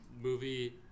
movie